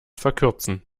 verkürzen